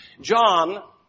John